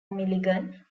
milligan